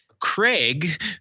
Craig